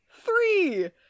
Three